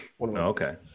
Okay